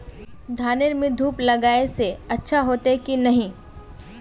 धानेर में धूप लगाए से अच्छा होते की नहीं?